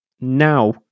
now